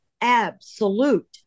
absolute